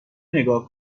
نگاه